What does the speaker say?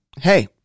hey